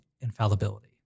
infallibility